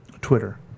Twitter